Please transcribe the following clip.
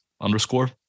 underscore